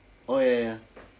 oh ya